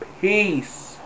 Peace